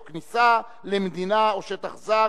או לכניסה למדינה או לשטח זר,